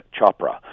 Chopra